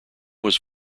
was